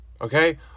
Okay